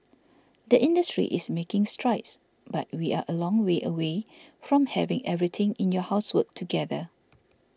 the industry is making strides but we are a long way away from having everything in your house work together